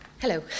hello